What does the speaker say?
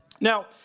Now